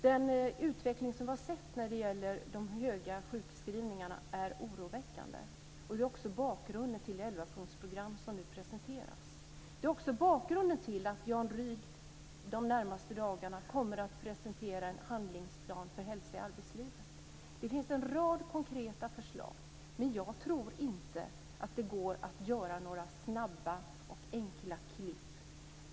Den utveckling som vi har sett när det gäller de höga sjukskrivningarna är oroväckande. Det är bakgrunden till det elvapunktsprogram som nu presenteras. Det är också bakgrunden till att Jan Rydh de närmaste dagarna kommer att presentera en handlingsplan för hälsa i arbetslivet. Det finns en rad konkreta förslag, men jag tror inte att det går att göra några snabba och enkla klipp.